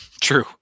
True